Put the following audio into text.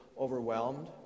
overwhelmed